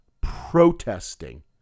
protesting